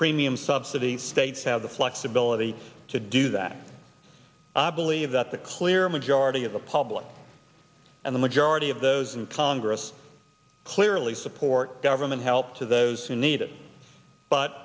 premium subsidy states have the flexibility to do that i believe that the clear majority of the public and the majority of those in congress clearly support government help to those who need it but